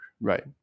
right